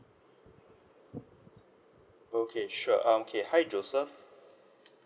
okay sure um okay hi joseph